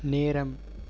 நேரம்